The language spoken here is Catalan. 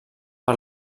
per